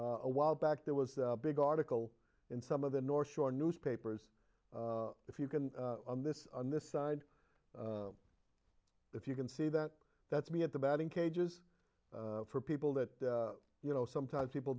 a while back there was a big article in some of the north shore newspapers if you can on this on this side if you can see that that's me at the batting cages for people that you know sometimes people